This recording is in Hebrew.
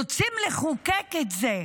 רוצים לחוקק את זה.